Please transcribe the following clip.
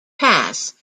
pass